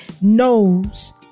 knows